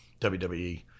wwe